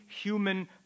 human